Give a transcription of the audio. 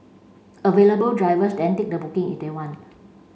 available drivers then take the booking if they want